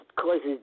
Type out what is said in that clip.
causes